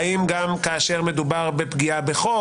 האם גם כאשר מדובר בפגיעה בחוק,